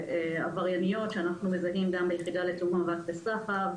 עברייניות שאנחנו מזהים גם ביחידה לתיאום המאבק בסחר,